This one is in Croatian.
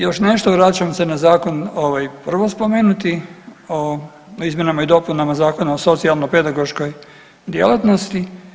Još nešto, vraćam se na zakon ovaj prvo spomenuti o izmjenama i dopunama Zakona o socijalno pedagoškoj djelatnosti.